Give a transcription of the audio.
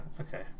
okay